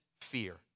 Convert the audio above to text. fear